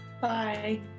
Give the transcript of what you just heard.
Bye